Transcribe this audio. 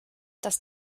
dass